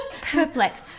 Perplex